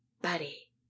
Buddy